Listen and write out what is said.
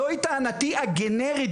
זוהי טענתי הגנרית,